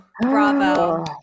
bravo